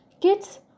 Kids